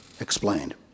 explained